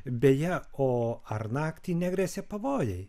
beje o ar naktį negresia pavojai